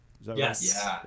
Yes